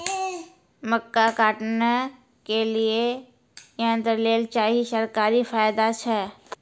मक्का काटने के लिए यंत्र लेल चाहिए सरकारी फायदा छ?